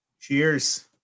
cheers